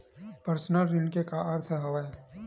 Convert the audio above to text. Personal ऋण के का अर्थ हवय?